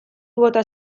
bota